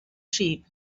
sheep